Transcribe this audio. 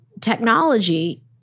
technology